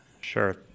Sure